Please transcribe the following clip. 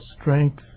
strength